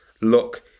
Look